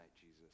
Jesus